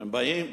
אתם באים,